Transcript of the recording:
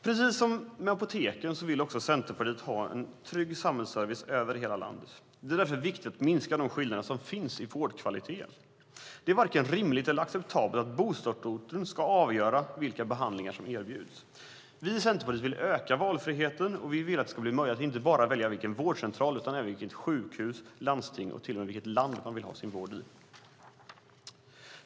Precis som med apoteken vill Centerpartiet ha en trygg samhällsservice över hela landet. Det är därför viktigt att minska de skillnader som finns i vårdkvalitet. Det är varken rimligt eller acceptabelt att bostadsorten ska avgöra vilka behandlingar som erbjuds. Vi i Centerpartiet vill öka valfriheten. Vi vill att det ska bli möjligt att välja inte bara vilken vårdcentral, utan även vilket sjukhus, vilket landsting och till och med vilket land man ska få sin vård i.